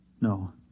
No